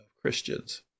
Christians